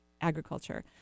agriculture